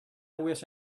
wish